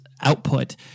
output